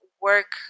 work